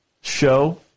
show